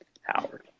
Howard